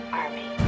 army